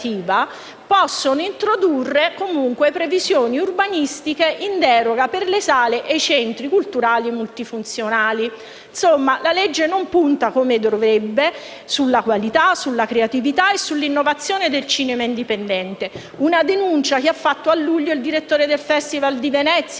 possono introdurre comunque previsioni urbanistiche in deroga per le sale e i centri culturali multifunzionali. Insomma la legge non punta come dovrebbe sulla qualità, sulla creatività e sull’innovazione del cinema indipendente; una denuncia che ha fatto a luglio il direttore del Festival di Venezia